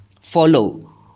follow